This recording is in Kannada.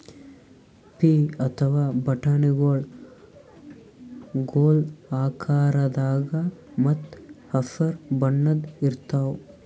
ಪೀ ಅಥವಾ ಬಟಾಣಿಗೊಳ್ ಗೋಲ್ ಆಕಾರದಾಗ ಮತ್ತ್ ಹಸರ್ ಬಣ್ಣದ್ ಇರ್ತಾವ